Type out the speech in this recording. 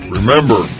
Remember